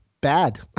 bad